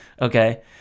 okay